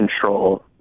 control